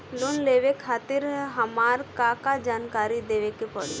Loan लेवे खातिर हमार का का जानकारी देवे के पड़ी?